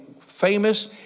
famous